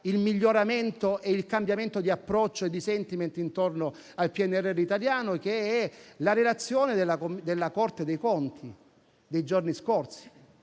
il miglioramento e il cambiamento di approccio e di *sentiment* intorno al PNRR italiano. Mi riferisco alla relazione della Corte dei conti dei giorni scorsi,